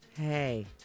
Hey